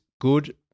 good